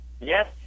Yes